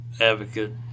advocate